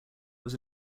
was